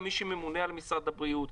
גם מי שממונה על משרד הבריאות,